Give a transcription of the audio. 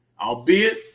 albeit